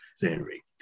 theory